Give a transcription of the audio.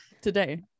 today